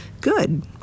good